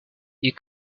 you